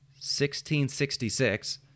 1666